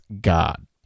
God